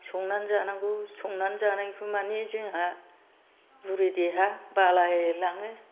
संनानै जानांगौ संनानै जानायखौ मानि जोंहा बुरै देहा बालायलाङो